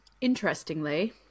interestingly